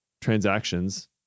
transactions